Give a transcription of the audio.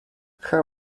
her